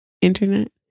internet